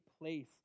place